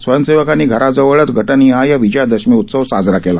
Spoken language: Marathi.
स्वयंसेवकांनी घराजवळ गटनिहाय विजयादशमी उत्सव साजरा केला